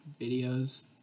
videos